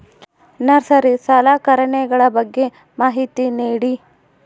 Nursery ಸಲಕರಣೆಗಳ ಬಗ್ಗೆ ಮಾಹಿತಿ ನೇಡಿ?